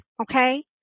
Okay